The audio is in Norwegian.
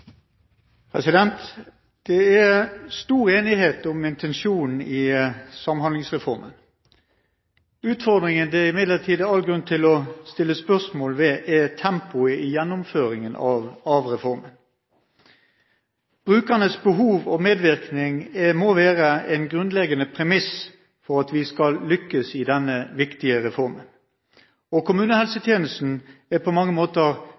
stor enighet om intensjonen i Samhandlingsreformen. Utfordringen, som det imidlertid er all grunn til å stille spørsmål ved, er tempoet i gjennomføringen av reformen. Brukernes behov og medvirkning må være en grunnleggende premiss for at vi skal lykkes i denne viktige reformen. Kommunehelsetjenesten er på mange måter